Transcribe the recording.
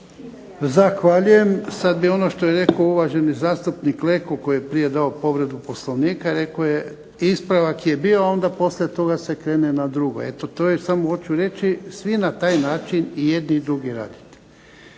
Zahvaljujem. Sad bi ono što je rekao uvaženi zastupnik Leko, koji je prije dao povredu Poslovnika, rekao je ispravak je bio, a onda poslije toga se krene na drugo. Eto to je, samo hoću reći, svi na taj način, i jedni i drugi radite.